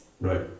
right